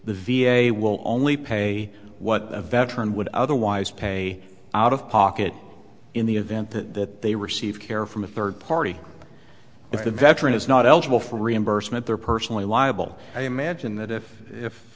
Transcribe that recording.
the v a will only pay what the veteran would otherwise pay out of pocket in the event that they receive care from a third party if the veteran is not eligible for reimbursement there personally liable i imagine that if